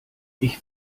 ich